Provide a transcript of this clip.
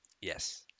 Yes